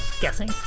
guessing